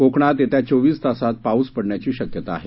कोकणात येत्या चोवीस तासात पाऊस पडण्याची शक्यता आहे